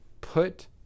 put